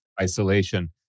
isolation